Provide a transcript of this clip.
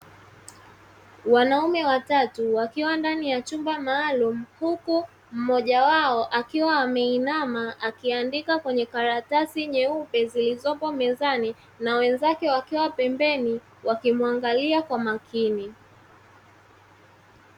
Wanaume watatu wakiwa ndani ya chumba maalumu, huku mmoja wao akiwa ameinama akiandika kwenye karatasi nyeupe zilizopo mezani na wenzake wakiwa pembeni wakimwangalia kwa makini.